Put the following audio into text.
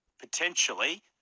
potentially